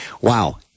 Wow